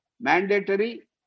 mandatory